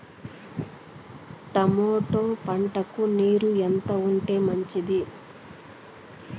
Tomato పంటకు నీరు ఎంత ఉంటే మంచిది?